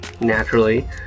naturally